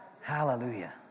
Hallelujah